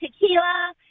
tequila